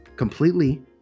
completely